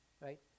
Right